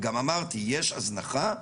וגם אמרתי, יש הזנחה,